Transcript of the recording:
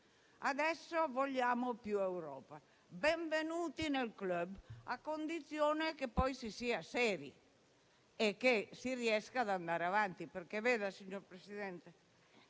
Adesso vogliamo più Europa: benvenuti nel *club*, a condizione che poi si sia seri e che si riesca ad andare avanti.